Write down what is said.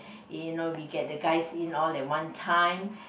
you know we get the guys in all at one time